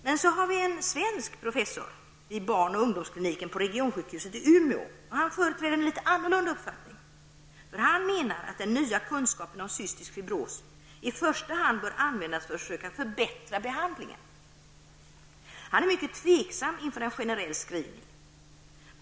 Hans Kollberg, som är professor vid barn och ungdomskliniken på Regionsjukhuset i Umeå, företräder en delvis annan uppfattning. Han menar att den nya kunskapen om cystisk fibros i första hand bör användas för att försöka förbättra behandlingen. Han ställer sig mycket tveksam till en generell screening.